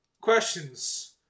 Questions